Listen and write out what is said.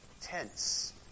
tense